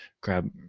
grab